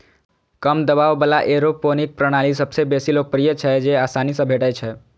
कम दबाव बला एयरोपोनिक प्रणाली सबसं बेसी लोकप्रिय छै, जेआसानी सं भेटै छै